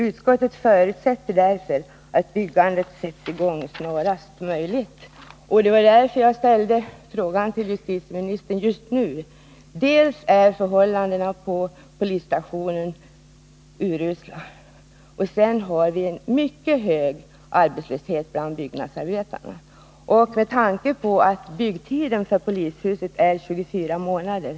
Utskottet förutsätter därför att byggandet sätts i gång snarast möjligt.” Det var därför som jag ställde frågan till justitieministern just nu. Dels är förhållandena på polisstationen urusla, dels har vi en mycket hög arbetslöshet bland byggnadsarbetarna. Byggnadstiden för polishuset är 24 månader.